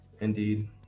Indeed